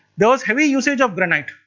there was heavy usage of granite,